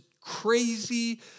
crazy